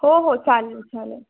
हो हो चालेल चालेल